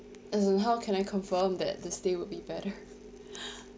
as in how can I confirm that the stay would be better